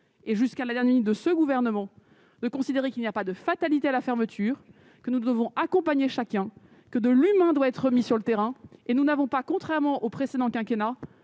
et jusqu'à la dernière de ce gouvernement le considérer qu'il n'y a pas de fatalité à la fermeture, que nous devons accompagner chacun que de l'humain doit être mis sur le terrain et nous n'avons pas, contrairement au précédent quinquennat